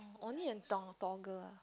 only in dong~ toggle ah